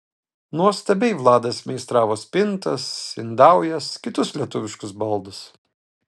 nuostabiai vladas meistravo spintas indaujas kitus lietuviškus baldus